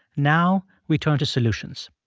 now we turn to solutions.